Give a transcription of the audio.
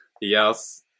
Yes